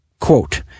quote